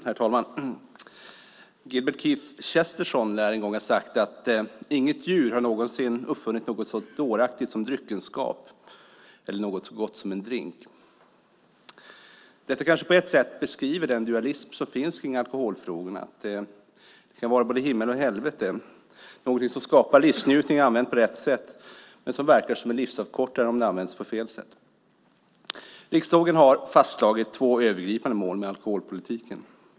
Herr talman! Gilbert Keith Chesterton lär en gång ha sagt: Inget djur har någonsin uppfunnit något så dåraktigt som dryckenskap eller något så gott som en drink. Detta kanske på ett sätt beskriver den dualism som finns kring alkoholfrågorna. Alkohol kan vara både himmel och helvete - någonting som skapar livsnjutning använt på rätt sätt men som verkar som en livsavkortare om det används på fel sätt. Riksdagen har fastslagit två övergripande mål med alkoholpolitiken.